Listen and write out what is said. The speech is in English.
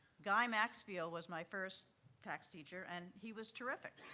guy maxfield was my first tax teacher, and he was terrific.